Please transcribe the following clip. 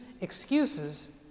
excuses